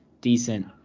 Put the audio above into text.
decent